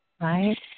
Right